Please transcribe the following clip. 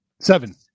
seven